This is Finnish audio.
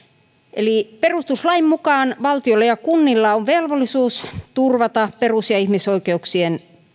eli perustuslain mukaan valtiolla ja kunnilla on velvollisuus turvata perus ja ihmisoikeuksien